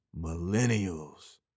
millennials